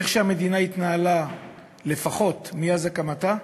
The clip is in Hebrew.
איך שהמדינה התנהלה לפחות מאז הקמתה,